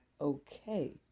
Okay